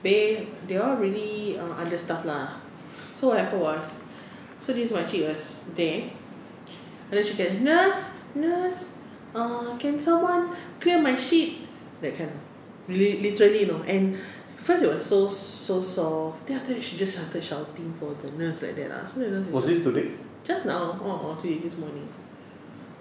habis they all really err understaffed lah so what happened was so this is makcik was there and then she can nurse nurse err can someone clear my shit that kind literally you know and first it was so so soft then after that she just started shouting for the nurse like that lah then just now a'ah today this morning